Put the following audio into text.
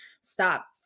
stop